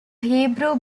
hebrew